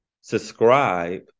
subscribe